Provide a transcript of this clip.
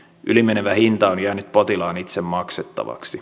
yli menevä hinta on jäänyt potilaan itse maksettavaksi